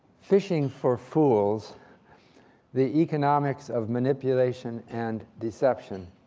phishing for phools the economics of manipulation and deception.